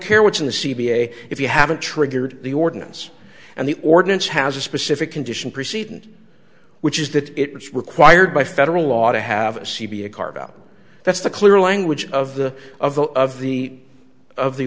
a if you haven't triggered the ordinance and the ordinance has a specific condition preceding which is that it was required by federal law to have a c b a cargo that's the clear language of the of the of the of the